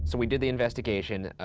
so we did the investigation.